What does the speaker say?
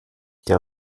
der